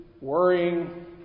Worrying